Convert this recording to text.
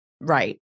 Right